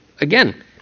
again